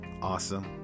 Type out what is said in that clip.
awesome